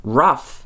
rough